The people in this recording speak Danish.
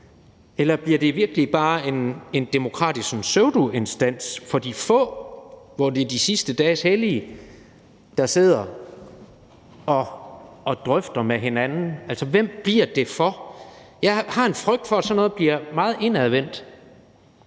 Eller bliver det i virkeligheden bare sådan en demokratisk pseudoinstans for de få, hvor det er de sidste dages hellige, der sidder og drøfter med hinanden? Altså, hvem bliver det for? Jeg har en frygt for, at sådan noget bliver meget indadvendt,